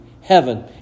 heaven